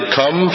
come